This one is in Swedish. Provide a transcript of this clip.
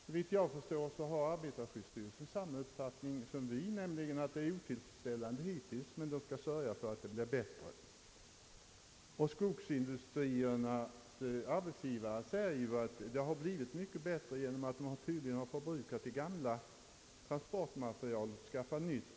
Såvitt jag förstår har arbetarskyddsstyrelsen samma uppfattning som vi, att läget hittills varit otillfredsställande och att man skall sörja för att det blir bättre. Skogsindustriernas arbetsgivare anser att det har blivit mycket bättre genom att man tydligen har förbrukat det gamla transportmaterialet och skaffat nytt.